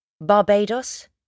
Barbados